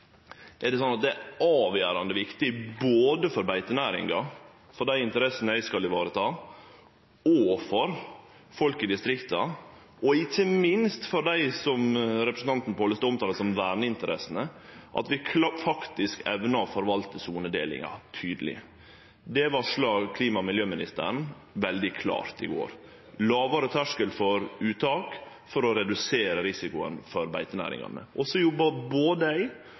er det avgjerande viktig, både for beitenæringa og dei interessene dei skal vareta, for folk i distrikta og ikkje minst for dei som representanten Pollestad omtalar som «verneinteressene», at vi faktisk evnar å forvalte sonedelinga tydeleg. Det varsla klima- og miljøministeren veldig klart i går: lågare terskel for uttak, for å redusere risikoen for beitenæringane. Og så jobbar både